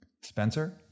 Spencer